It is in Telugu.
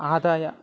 ఆదాయ